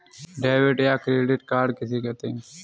Debit या credit card किसे कहते हैं?